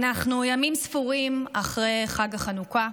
אנחנו ימים ספורים אחרי חג החנוכה,